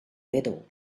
medal